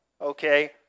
Okay